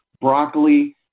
broccoli